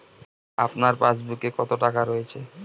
আপনার পাসবুকে কত টাকা রয়েছে?